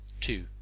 two